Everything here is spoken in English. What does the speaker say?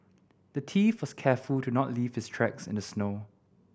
the thief was careful to not leave his tracks in the snow